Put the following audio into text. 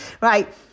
Right